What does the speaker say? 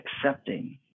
accepting